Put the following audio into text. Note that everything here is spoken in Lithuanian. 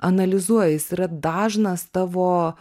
analizuoji jis yra dažnas tavo